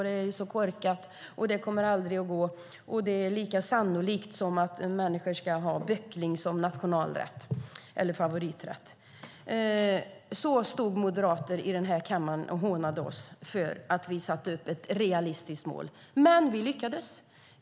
Det är så korkat, det kommer aldrig att gå och det är lika sannolikt som att människor ska ha böckling som favoriträtt. Så stod moderater i den här kammaren och hånade oss för att vi satte upp ett realistiskt mål. Men vi lyckades.